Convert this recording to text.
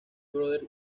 brothers